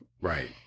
Right